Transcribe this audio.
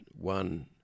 one